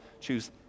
choose